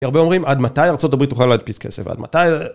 הרבה אומרים, עד מתי ארה״ב תוכל להדפיס כסף? עד מתי?